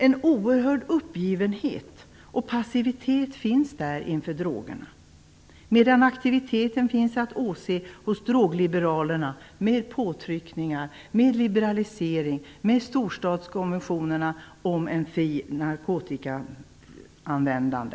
En oerhörd uppgivenhet och passivitet finns där inför drogerna, medan aktiviteten finns att åse hos drogliberalerna, med påtryckningar, med liberalisering, med storstadskonventionerna om ett fritt narkotikaanvändande.